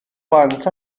plant